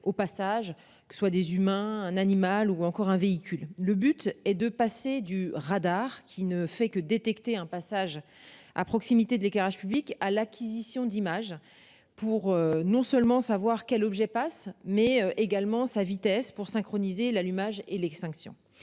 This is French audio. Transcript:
au passage que soit des humains un animal ou encore un véhicule. Le but est de passer du radar qui ne fait que détecter un passage à proximité de l'éclairage public à l'acquisition d'images pour non seulement savoir quels objets passe mais également sa vitesse pour synchroniser l'allumage et l'extinction.